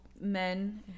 men